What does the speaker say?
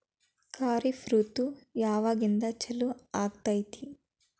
ಖಾರಿಫ್ ಋತು ಯಾವಾಗಿಂದ ಚಾಲು ಆಗ್ತೈತಿ?